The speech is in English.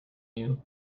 you